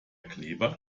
kleber